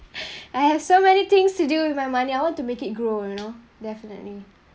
I have so many things to do with my money I want to make it grow you know definitely